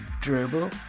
dribble